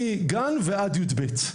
מגיל גן ועד י״ב.